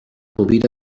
rovira